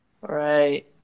Right